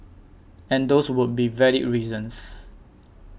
and those would be valid reasons